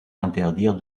interdire